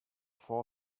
four